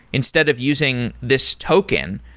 instead of using this token,